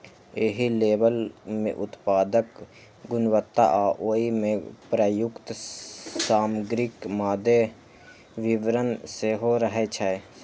एहि लेबल मे उत्पादक गुणवत्ता आ ओइ मे प्रयुक्त सामग्रीक मादे विवरण सेहो रहै छै